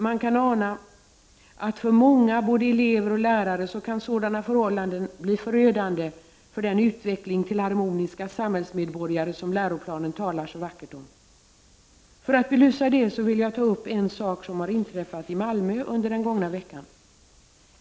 Man kan ana att för många kan sådana förhållanden bli förödande för den utveckling till harmoniska samhällsmedborgare som läroplanen talar så vackert om. För att belysa det vill jag ta upp en sak som har inträffat i Malmö under den gångna veckan.